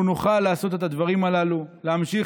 אנחנו נוכל לעשות את הדברים הללו ולהמשיך